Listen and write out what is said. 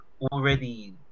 already